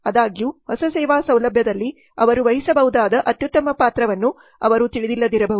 ಆದಾಗ್ಯೂ ಹೊಸ ಸೇವಾ ಸೌಲಭ್ಯದಲ್ಲಿ ಅವರು ವಹಿಸಬಹುದಾದ ಅತ್ಯುತ್ತಮ ಪಾತ್ರವನ್ನು ಅವರು ತಿಳಿದಿಲ್ಲದಿರಬಹುದು